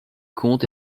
conte